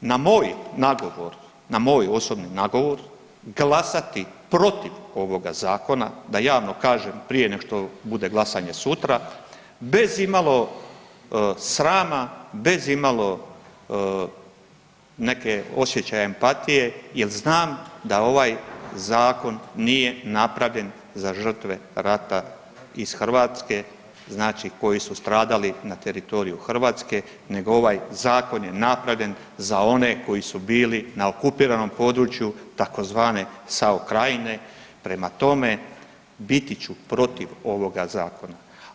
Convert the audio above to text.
na moj nagovor, na moj osobni nagovor glasati protiv ovoga Zakona da javno kažem prije nego što bude glasanje sutra, bez imalo srama, bez imalo neke osjećaja empatije jer znam da ovaj Zakon nije napravljen za žrtve rata iz Hrvatske, znači koji su stradali na teritoriju Hrvatske, nego ovaj Zakon je napravljen za one koji su bili na okupiranom području tzv. SAO Krajine, prema tome, biti ću protiv ovoga Zakona.